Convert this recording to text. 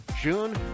June